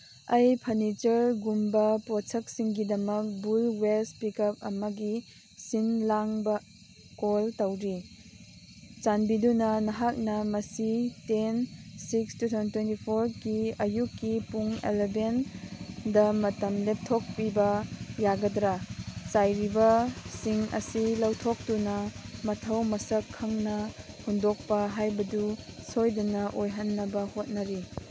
ꯑꯩ ꯐꯔꯅꯤꯆꯔꯒꯨꯝꯕ ꯄꯣꯠꯁꯛꯁꯤꯡꯒꯤꯗꯃꯛ ꯕꯨꯜ ꯋꯦꯁ ꯄꯤꯛ ꯑꯞ ꯑꯃꯒꯤ ꯁꯤꯟ ꯂꯥꯡꯕ ꯀꯣꯜ ꯇꯧꯔꯤ ꯆꯥꯟꯕꯤꯗꯨꯅ ꯅꯍꯥꯛꯅ ꯃꯁꯤ ten six two thousand twenty ꯐꯣꯔꯒꯤ ꯑꯌꯨꯛꯀꯤ ꯄꯨꯡ ꯑꯦꯂꯚꯦꯟꯗ ꯃꯇꯝꯗ ꯊꯣꯛꯄꯤꯕ ꯌꯥꯒꯗ꯭ꯔꯥ ꯆꯥꯏꯔꯤꯕꯁꯤꯡ ꯑꯁꯤ ꯂꯧꯊꯣꯛꯇꯨꯅ ꯃꯊꯧ ꯃꯁꯛ ꯈꯪꯅ ꯍꯨꯟꯗꯣꯛꯄ ꯍꯥꯏꯕꯗꯨ ꯁꯣꯏꯗꯅ ꯑꯣꯏꯍꯟꯅꯕ ꯍꯣꯠꯅꯔꯤ